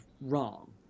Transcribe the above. wrong